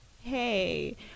hey